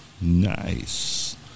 Nice